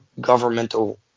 governmental